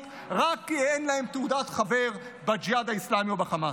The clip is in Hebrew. רק כי אין להם תעודת חבר בג'יהאד האסלאמי או בחמאס.